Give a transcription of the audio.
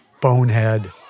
bonehead